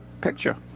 picture